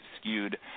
skewed